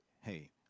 hey